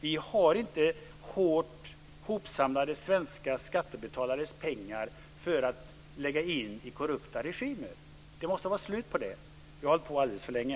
Vi tar inte hårt hopsamlade svenska skattebetalares pengar för att lägga in i korrupta regimer. Då måste man sluta med det. Vi har hållit på alldeles för länge.